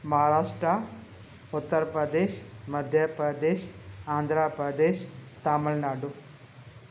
Maharashtra Uttar Pradesh Madhya Pradesh Andhra Pradesh Tamil Nadu